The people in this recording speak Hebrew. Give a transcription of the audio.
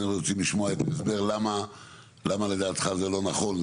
פה כן היינו רוצים לשמוע הסבר למה לדעתך זה לא נכון.